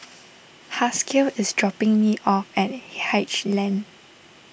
Haskell is dropping me off at Haig Lane